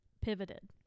pivoted